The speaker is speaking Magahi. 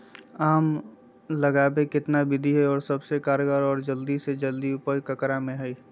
आम लगावे कितना विधि है, और सबसे कारगर और जल्दी और ज्यादा उपज ककरा में है?